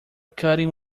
cutting